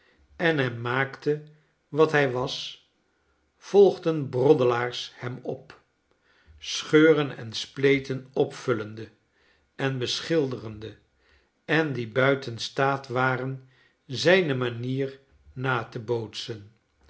en hem maakte wat hi was volgden broddel aars hem op scheuren en spleten opvullende en beschilderende en die buiten staat waren zijnemanier nate bootsen